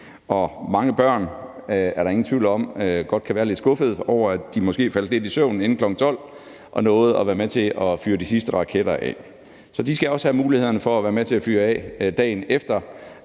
mange børn godt kan være lidt skuffede over, at de måske faldt lidt i søvn inden kl. 12.00, at og de ikke nåede at være med til at fyre de sidste raketter af. Så de skal også have muligheden for at være med til